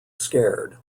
scared